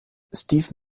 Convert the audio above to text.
steve